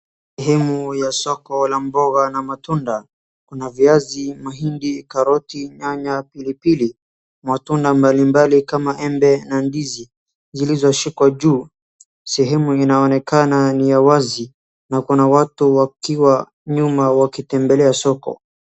Himu ya soko la mboga na matunda. Kuna viazi, mahindi, karoti, nyanya, pilipili, matunda mbalimbali kama embe na ndizi zilizoshikwa juu. Sehemu inaonekana ni ya wazi na kuna watu wakiwa nyuma wakitembelea soko.